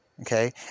Okay